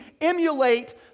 emulate